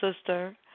sister